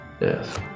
Yes